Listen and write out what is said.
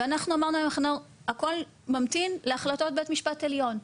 ואנחנו אמרנו להם שהכל ממתין להחלטות בית המשפט העליון,